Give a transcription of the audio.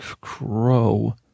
crow